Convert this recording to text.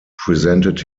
presented